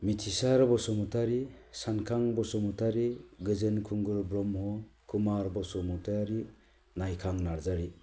मिथिसार बसुमातारि सानखां बसुमातारि गोजोनखुंगुर ब्रह्म कुमार बसुमातारि नायखां नार्जारि